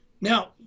Now